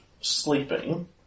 sleeping